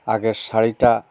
আগের শাড়িটা